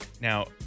now